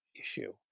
issue